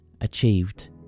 achieved